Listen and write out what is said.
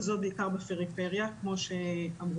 וזאת בעיקר בפריפריה כמו שאמרו.